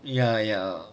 ya ya